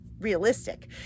realistic